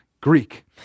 Greek